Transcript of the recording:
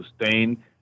sustained